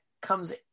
comes